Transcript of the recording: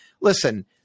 listen